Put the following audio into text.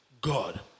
God